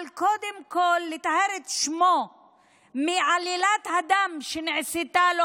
קודם כול כדי לטהר את שמו מעלילת הדם שנעשתה לו